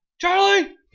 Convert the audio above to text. Charlie